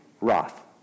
Roth